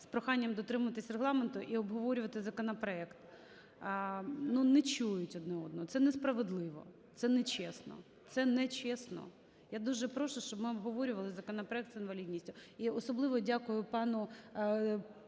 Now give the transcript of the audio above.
з проханням дотримуватися Регламенту і обговорювати законопроект, ну, не чують один одного. Це несправедливо, це нечесно. Це нечесно. Я дуже прошу, щоб ми обговорювали законопроект з інвалідності. І особливо дякую пану